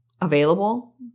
available